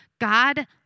God